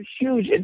huge